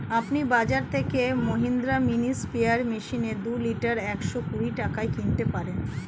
আপনি বাজর থেকে মহিন্দ্রা মিনি স্প্রেয়ার মেশিন দুই লিটার একশো কুড়ি টাকায় কিনতে পারবেন